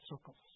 circles